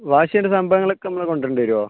wash ചെയ്യേണ്ട സംഭവങ്ങൾ ഒക്കെ നമ്മൾ കൊണ്ടുവരേണ്ടി വരുമോ